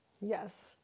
yes